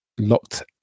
locked